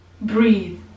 breathe